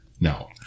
No